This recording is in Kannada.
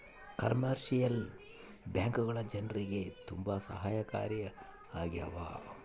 ಕಮರ್ಶಿಯಲ್ ಬ್ಯಾಂಕ್ಗಳು ಜನ್ರಿಗೆ ತುಂಬಾ ಸಹಾಯಕಾರಿ ಆಗ್ಯಾವ